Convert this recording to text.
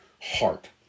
heart